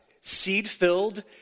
seed-filled